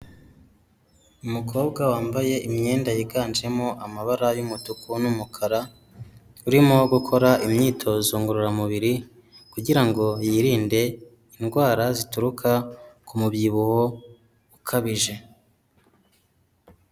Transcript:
Umukobwa wambaye imyenda yiganjemo amabara y'umutuku n'umukara, urimo gukora imyitozo ngororamubiri, kugirango yirinde indwara zituruka ku mubyibuho ukabije.